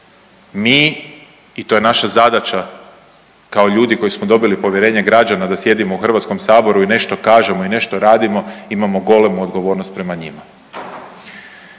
Mi i to je naša zadaća kao ljudi koji smo dobili povjerenje građana da sjedimo u HS-u i nešto kažemo i nešto radimo imamo golemu odgovornost prema njima.